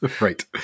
Right